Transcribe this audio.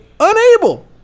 unable